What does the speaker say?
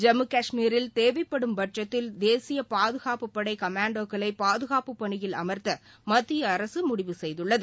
ஜம்மு கஷ்மீரில் தேவைப்படும் பட்சத்தில் தேசிய பாதுகாப்புப் படை கமாண்டோக்களை பாதுகாப்புப் பணியில் அமர்த்த மத்திய அரசு முடிவு செய்துள்ளது